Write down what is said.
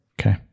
Okay